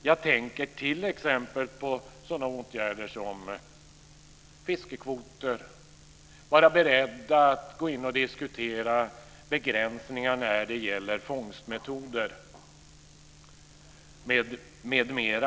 Jag tänker t.ex. på sådana åtgärder som fiskekvoter, att vara beredd att gå in och diskutera begränsningar när det gäller fångstmetoder m.m.